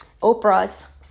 Oprah's